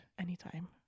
anytime